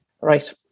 right